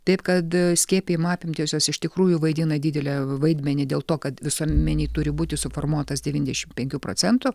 taip kad skiepijimo apimtys jos iš tikrųjų vaidina didelį vaidmenį dėl to kad visuomenėj turi būti suformuotas devyniasdešimt penkių procentų